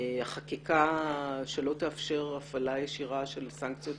החקיקה שלא תאפשר הפעלה ישירה של סנקציות